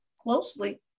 closely